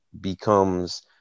becomes